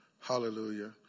Hallelujah